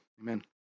Amen